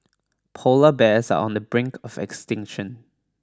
polar bears are on the brink of extinction